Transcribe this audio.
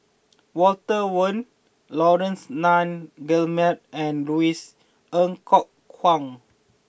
Walter Woon Laurence Nunns Guillemard and Louis Ng Kok Kwang